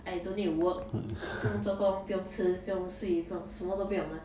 I don't need to work 不用做工不用吃不用睡不用什么都不用 ah